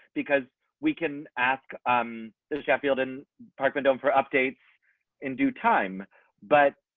because we can ask um the sheffield in parliament um for updates in due time but